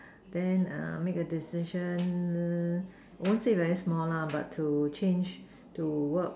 then err make a decision I won't say very small lah but to change to work